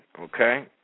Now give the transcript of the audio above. Okay